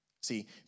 See